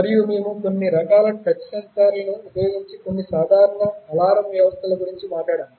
మరియు మేము కొన్ని రకాల టచ్ సెన్సార్లను ఉపయోగించి కొన్ని సాధారణ అలారం వ్యవస్థల గురించి మాట్లాడాము